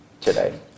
today